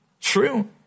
True